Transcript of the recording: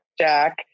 Jack